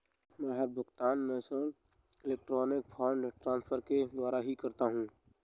मै हर भुगतान national electronic funds transfer के द्वारा ही करता हूँ